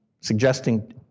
suggesting